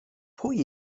pwy